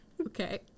Okay